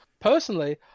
Personally